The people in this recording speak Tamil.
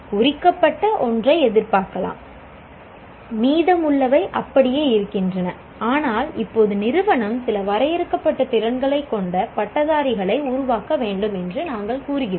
குறிக்கப்பட்ட ஒன்றை எதிர்பார்க்கலாம் மீதமுள்ளவை அப்படியே இருக்கின்றன ஆனால் இப்போது நிறுவனம் சில வரையறுக்கப்பட்ட திறன்களைக் கொண்ட பட்டதாரிகளை உருவாக்க வேண்டும் என்று நாங்கள் கூறுகிறோம்